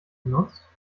genutzt